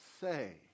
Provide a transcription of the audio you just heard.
say